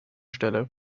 stelle